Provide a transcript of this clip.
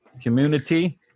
Community